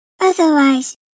otherwise